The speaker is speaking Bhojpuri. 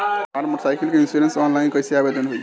हमार मोटर साइकिल के इन्शुरन्सऑनलाइन कईसे आवेदन होई?